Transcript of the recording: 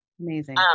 Amazing